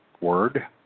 word